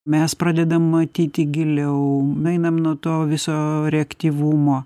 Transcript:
mes pradedam matyti giliau nueinam nuo to viso reaktyvumo